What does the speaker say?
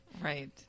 Right